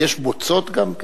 יש בוצות גם?